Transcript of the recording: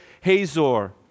Hazor